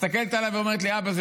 מסתכלת עליי ככה ואומרת לי: אבא,